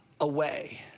away